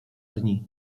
dni